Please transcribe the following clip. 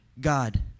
God